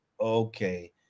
okay